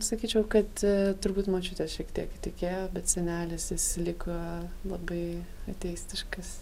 sakyčiau kad turbūt močiutė šiek tiek įtikėjo bet senelis jis liko labai ateistiškas